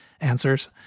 answers